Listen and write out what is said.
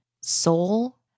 soul